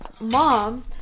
Mom